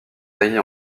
taillée